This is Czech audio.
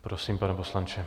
Prosím, pane poslanče.